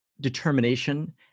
determination